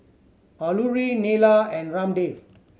Alluri Neila and Ramdev